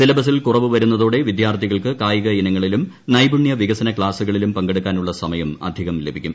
സിലബസിൽ കുറവ് വരുന്നതോടെ വിദ്യാർത്മികൾക്ക് കായികയിനങ്ങളിലും നൈപുണ്യ വികസന ക്ലാസ്ുകളിലും പങ്കെടുക്കാനുള്ള സമയം അധികം ലഭിക്കും